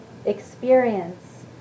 experience